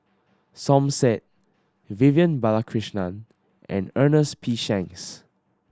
Som Said Vivian Balakrishnan and Ernest P Shanks